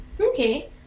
Okay